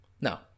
Now